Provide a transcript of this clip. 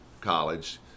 college